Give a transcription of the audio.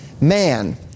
man